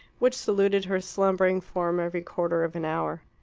which saluted her slumbering form every quarter of an hour.